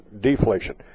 deflation